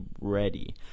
ready